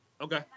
Okay